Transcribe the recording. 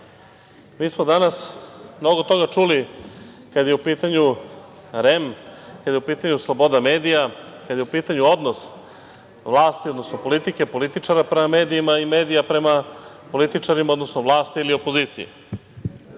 smo danas mnogo toga čuli kada je u pitanju REM, kada je u pitanju sloboda medija, kada je u pitanju odnos vlasti, odnosno politike, političara prema medijima i medija prema političarima, odnosno vlasti ili opoziciji. Mnogo